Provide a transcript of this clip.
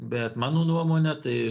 bet mano nuomone tai